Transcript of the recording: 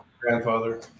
grandfather